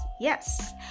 Yes